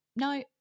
No